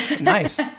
nice